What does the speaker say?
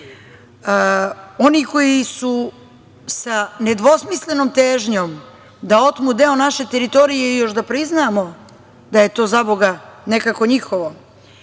oni koji su sa nedvosmislenom težnjom da otmu deo naše teritorije i još da priznamo da je to, zaboga, nekako njihovo